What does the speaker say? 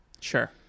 Sure